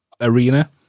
arena